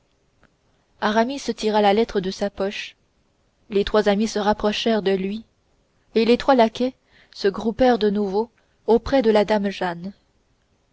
interrompue aramis tira la lettre de sa poche les trois amis se rapprochèrent de lui et les trois laquais se groupèrent de nouveau auprès de la dame jeanne